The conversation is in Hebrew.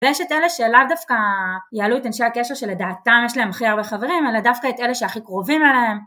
ויש את אלה שלאו דווקא יעלו את אנשי הקשר שלדעתם יש להם הכי הרבה חברים אלא דווקא את אלה שהכי קרובים אליהם